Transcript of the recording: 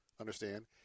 understand